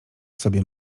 coś